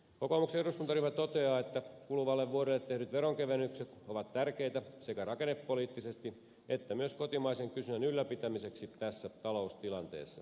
kokoomuksen eduskuntaryhmä toteaa että kuluvalle vuodelle tehdyt veronkevennykset ovat tärkeitä sekä rakennepoliittisesti että myös kotimaisen kysynnän ylläpitämiseksi tässä taloustilanteessa